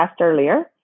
earlier